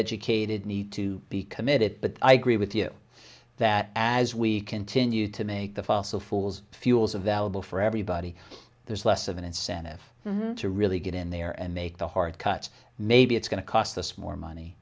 educated need to be committed but i agree with you that as we continue to make the fossil fools fuels available for everybody there's less of an incentive to really get in there and make the hard cuts maybe it's going to cost us more money